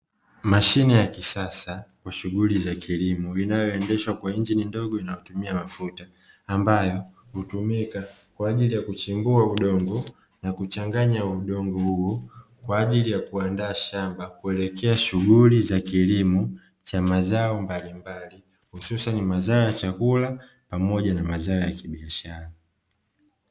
Mashine ya kisasa kwa shughuli ya kilimo inayoendeshwa kwa injini ndogo inayotumia mafuta; ambayo hutumika kwa ajili ya kuchimbua udongo na kuchanganya udongo huu, kwa ajili ya kuandaa shamba na kuelekea shughuli za kilimo cha mazao mbali mbali; hususani mazao ya chakula pamoja na mazao ya kibiashara.